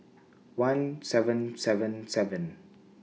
one seven seven seven